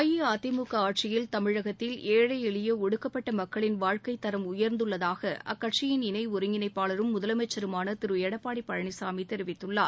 அஇஅதிமுக ஆட்சியில் தமிழகத்தில் ஏழை எளிய ஒடுக்கப்பட்ட மக்களின் வாழ்க்கை தரம் உயர்ந்துள்ளதாக அக்கட்சியின் இணை ஒருங்கிணைப்பாளரும் முதலமைச்சருமான திரு எடப்பாடி பழனிசாமி தெரிவித்துள்ளார்